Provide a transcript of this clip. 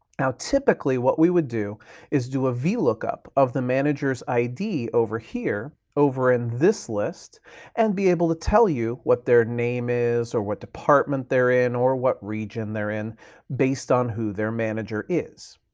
now, typically, what we would do is do a vlookup of the manager's id over here over in this list and be able to tell you what their name is or what department they're in or what region they're in based on who their manager is.